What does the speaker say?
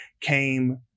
came